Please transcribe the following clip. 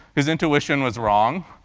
his intuition was wrong.